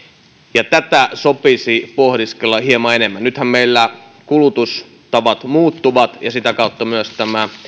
ja tätä sopisi pohdiskella hieman enemmän nythän meillä kulutustavat muuttuvat ja sitä kautta myös nämä